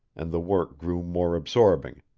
and the work grew more absorbing,